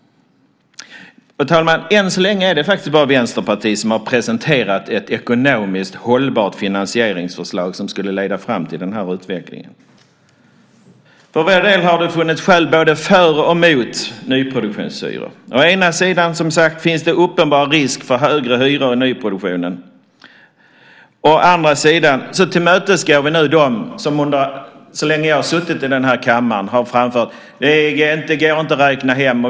Än så länge, herr talman, är det faktiskt bara Vänsterpartiet som har presenterat ett ekonomiskt hållbart finansieringsförslag som skulle leda fram till den utvecklingen. För vår del har det funnits skäl både för och mot nyproduktionshyror. Å ena sidan, som sagt, finns det en uppenbar risk för högre hyror i nyproduktionen. Å andra sidan tillmötesgår vi nu dem som så länge jag har suttit i den här kammaren har framfört: Det går inte att räkna hem.